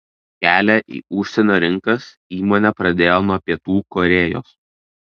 kelią į užsienio rinkas įmonė pradėjo nuo pietų korėjos